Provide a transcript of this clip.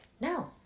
no